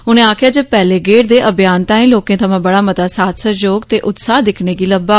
उनै आखेया जे पैहले गेड़ दे अभियान तांई लोकें थमां बड़ा मता साथ सहयोग ते उत्साह दिक्खने गी लबा